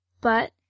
But